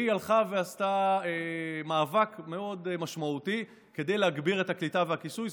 היא הלכה ועשתה מאבק מאוד משמעותי כדי להגביר את הקליטה והכיסוי.